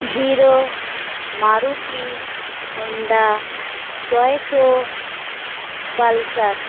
hero Maruti Honda Toyota pulsar